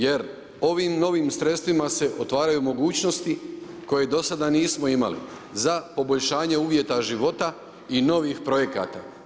Jer ovim novim sredstvima se otvaraju mogućnosti koje do sada nismo imali za poboljšanje uvjeta života i novih projekata.